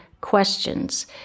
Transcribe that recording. questions